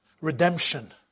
redemption